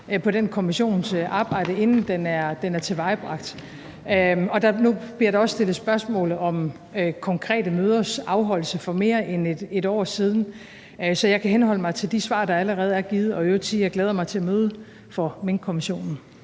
på den kommissions arbejde, inden det er tilendebragt. Nu bliver der også stillet spørgsmål om konkrete møders afholdelse for mere end et år siden, og så jeg kan henholde mig til de svar, der allerede er givet, og i øvrigt sige, at jeg glæder mig til at møde for Minkkommissionen.